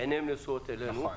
עיניהן נשואות אלינו -- נכון.